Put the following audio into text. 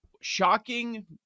shocking